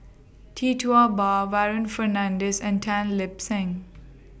Tee Tua Ba Warren Fernandez and Tan Lip Seng